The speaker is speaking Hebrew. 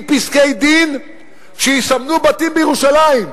עם פסקי-דין שיסמנו בתים בירושלים.